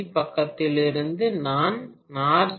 we பக்கத்திலிருந்து நான் R